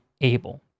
able